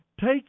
take